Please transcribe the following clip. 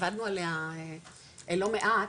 עבדנו על זה לא מעט.